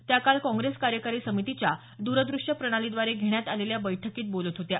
त्या काल कॉग्रेस कार्यकारी समितीच्या दूरदृश्य प्रणाली द्वारे घेण्यात आलेल्या बैठकीत बोलत होत्या